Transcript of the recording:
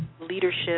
leadership